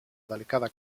delicada